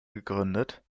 gegründet